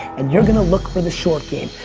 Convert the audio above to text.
and you're going to look for the short game.